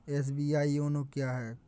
SBI YONO क्या है?